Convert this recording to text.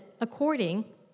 according